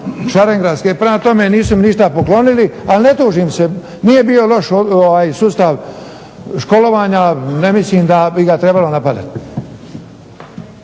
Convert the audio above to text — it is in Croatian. Šarengradske. Prema tome, nisu mi ništa poklonili. Ali ne tužim se. Nije bio loš sustav školovanja. Ne mislim da bi ga trebalo napadati.